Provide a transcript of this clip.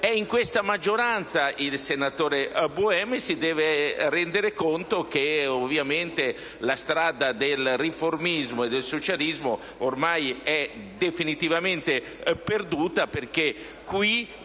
di questa maggioranza il senatore Buemi si deve rendere conto che ovviamente la strada del riformismo e del socialismo è definitivamente perduta, perché